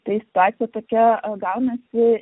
tai situacija tokia gaunasi